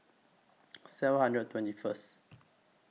seven hundred twenty First